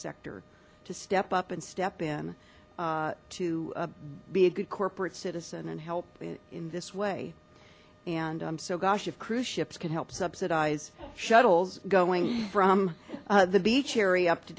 sector to step up and step in to be a good corporate citizen and help in this way and so gosh if cruise ships can help subsidize shuttles going from the beach area up to